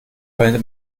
könnte